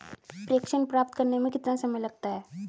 प्रेषण प्राप्त करने में कितना समय लगता है?